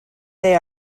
they